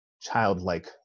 childlike